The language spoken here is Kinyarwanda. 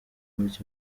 muri